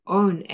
own